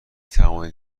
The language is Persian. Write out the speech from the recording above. توانید